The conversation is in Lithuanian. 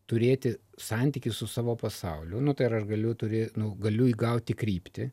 turėti santykį su savo pasauliu nu tai rr aš galiu turė nu galiu įgauti kryptį